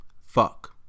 Fuck